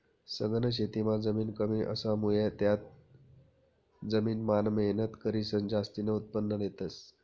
सघन शेतीमां जमीन कमी असामुये त्या जमीन मान मेहनत करीसन जास्तीन उत्पन्न लेतस